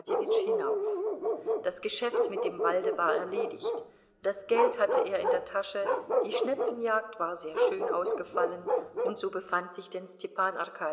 hinauf das geschäft mit dem walde war erledigt das geld hatte er in der tasche die schnepfenjagd war sehr schön ausgefallen und so befand sich denn stepan